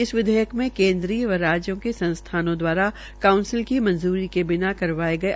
इस विधेयक मे केन्द्रीय व राज्यों के संस्थानो दवारा कांउसिल की मंजूरी के बिना करवाये गये